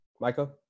Michael